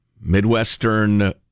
Midwestern